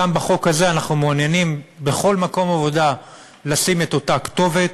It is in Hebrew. גם בחוק הזה אנחנו מעוניינים בכל מקום עבודה לשים את אותה כתובת.